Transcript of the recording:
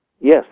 Yes